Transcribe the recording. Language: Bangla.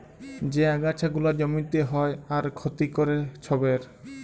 যে আগাছা গুলা জমিতে হ্যয় আর ক্ষতি ক্যরে ছবের